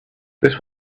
this